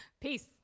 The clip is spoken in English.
Peace